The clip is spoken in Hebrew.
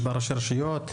יש בה ראשי רשויות,